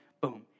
Boom